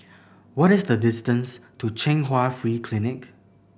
what is the distance to Chung Hwa Free Clinic